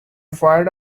fired